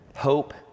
hope